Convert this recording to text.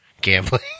gambling